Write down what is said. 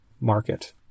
market